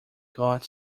got